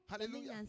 Hallelujah